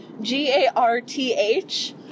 G-A-R-T-H